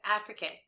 African